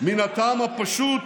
מהטעם הפשוט